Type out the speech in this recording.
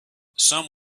some